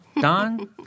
Don